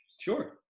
Sure